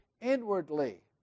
inwardly